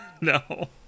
No